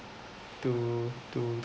to to